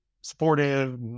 supportive